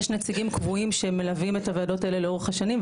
יש נציגים קבועים שמלווים את הוועדות האלה לאורך השנים,